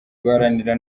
guharanira